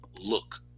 look